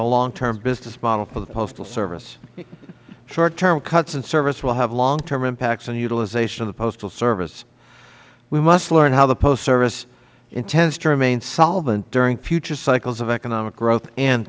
the long term business model for the postal service short term cuts and service will have long term impacts on utilization of the postal service we must learn how the postal service intends to remain solvent during future cycles of economic growth and